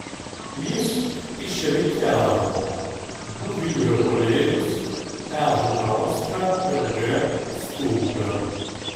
jis išrikiavo du vidurio puolėjus e žukauską ir g stulgą